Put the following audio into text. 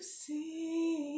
see